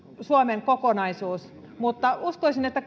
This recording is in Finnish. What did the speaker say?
suomen kokonaisuus mutta uskoisin että